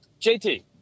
JT